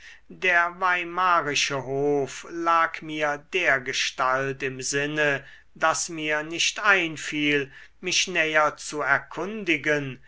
der weimarische hof lag mir dergestalt im sinne daß mir nicht einfiel mich näher zu erkundigen